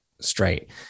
straight